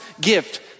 gift